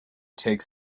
take